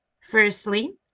Firstly